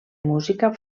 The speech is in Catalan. música